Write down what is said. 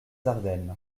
ardennes